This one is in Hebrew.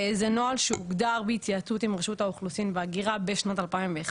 זה נוהל שהוגדר בהתייעצות עם רשות האוכלוסין וההגירה בשנת 2011,